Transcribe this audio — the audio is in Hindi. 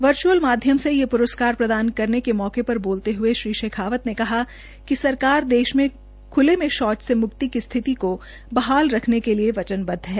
वर्ज्अल माध्यम से ये प्रस्कार प्रदान करने के मौके पर बोलते हये श्री शेखावत ने कहा कि सरकार देश में ख्ले में शौच से मुक्ति की स्थिति को बहाल रखने के लिए वचनबद्व है